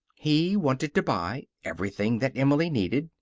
he wanted to buy everything that emily needed,